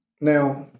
Now